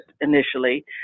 initially